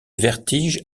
vertige